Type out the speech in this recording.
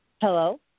Hello